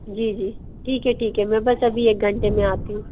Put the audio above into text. जी जी ठीक है ठीक है मैं बस अभी एक घंटे मे आती हूँ